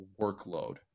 workload